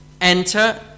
enter